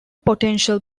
potential